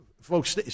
folks